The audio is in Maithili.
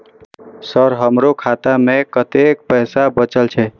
सर हमरो खाता में कतेक पैसा बचल छे?